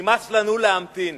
נמאס לנו להמתין.